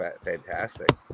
fantastic